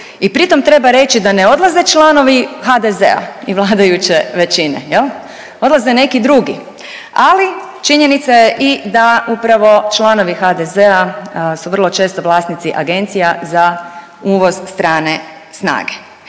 i pritom treba reći da ne odlaze članovi HDZ-a i vladajuće većine jel, odlaze neki drugi ali činjenica je i da upravo članovi HDZ-a su vrlo često vlasnici agencija za uvoz strane snage.